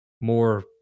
More